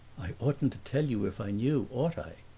i oughtn't to tell you if i knew, ought i?